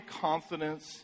confidence